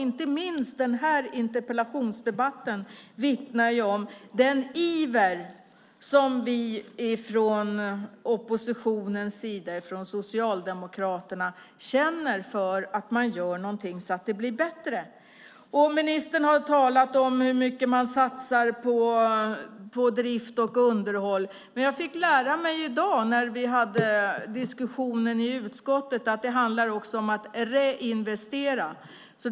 Inte minst den här interpellationsdebatten vittnar om den iver som vi från oppositionens sida, från Socialdemokraterna, känner för att göra någonting för att det ska bli bättre. Ministern har talat om hur mycket man satsar på drift och underhåll. Jag fick lära mig i dag när vi hade en diskussion i utskottet att det även handlar om att reinvestera.